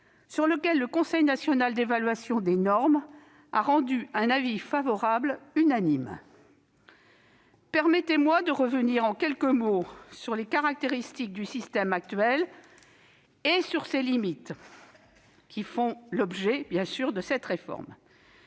sur lequel le Conseil national d'évaluation des normes a rendu un avis favorable unanime. Ce n'est pas si fréquent ! Permettez-moi de revenir en quelques mots sur les caractéristiques du système actuel et sur ses limites, qui sont l'objet de cette réforme.